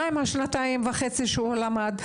מה עם השנתיים וחצי שהוא למד?